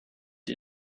ihr